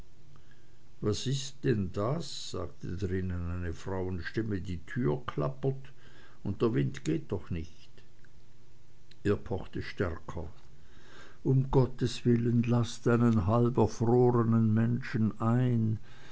was ist denn das sagte drinnen eine frauenstimme die türe klappert und der wind geht doch nicht er pochte stärker um gottes willen laßt einen halberfrorenen menschen ein